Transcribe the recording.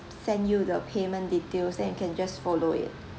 send you the payment details then you can just follow it